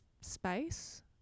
space